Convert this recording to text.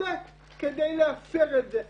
נעשה כדי לאפשר את זה.